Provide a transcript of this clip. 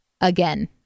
Again